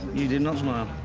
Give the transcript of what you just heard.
you did and smile.